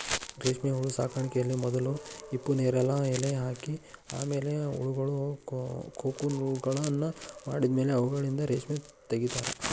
ರೇಷ್ಮೆಹುಳು ಸಾಕಾಣಿಕೆಯಲ್ಲಿ ಮೊದಲು ಹಿಪ್ಪುನೇರಲ ಎಲೆ ಹಾಕಿ ಆಮೇಲೆ ಹುಳಗಳು ಕೋಕುನ್ಗಳನ್ನ ಮಾಡಿದ್ಮೇಲೆ ಅವುಗಳಿಂದ ರೇಷ್ಮೆ ತಗಿತಾರ